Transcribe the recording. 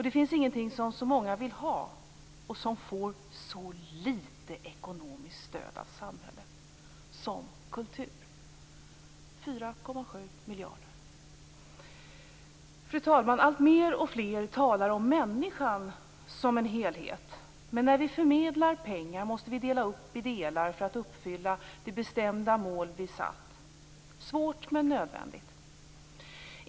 Det finns inte heller någonting som så många vill ha och som får så lite ekonomiskt stöd av samhället som kultur - 4,7 miljarder. Fru talman! Alltfler talar om människan som en helhet, men när vi förmedlar pengar måste vi dela upp dem i delar för att uppfylla de bestämda mål som vi satt upp. Det är svårt men nödvändigt.